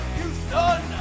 Houston